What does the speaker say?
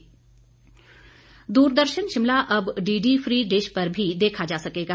दुरदर्शन दूरदर्शन शिमला अब DD free dish पर भी देखा जा सकेगा